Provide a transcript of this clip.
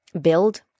build